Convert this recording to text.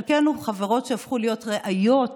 חלקנו, חברות שהפכו להיות רעיות